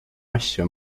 asju